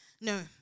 no